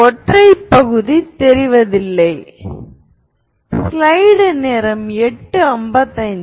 இப்போது நான் Av ஐ λv உடன் மாற்றுகிறேன் அது v Avv λv i1nvi